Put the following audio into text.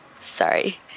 sorry